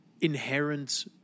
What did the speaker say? inherent